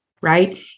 right